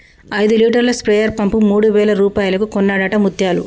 ఐదు లీటర్ల sprayer pump మూడు వేల రూపాయలకు కొన్నడట ముత్యాలు